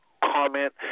comment